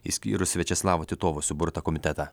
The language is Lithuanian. išskyrus viačeslavo titovo suburtą komitetą